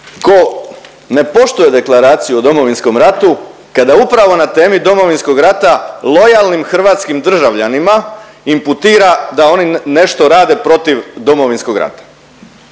ko ne poštuje Deklaraciju o Domovinskom ratu kada upravo na temi Domovinskog rata lojalnim hrvatskim državljanima imputira da oni nešto rade protiv Domovinskog rata.